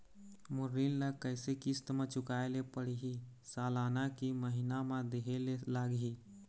मोर ऋण ला कैसे किस्त म चुकाए ले पढ़िही, सालाना की महीना मा देहे ले लागही?